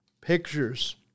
pictures